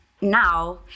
now